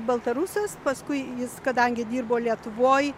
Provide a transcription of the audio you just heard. baltarusijos paskui jis kadangi dirbo lietuvoj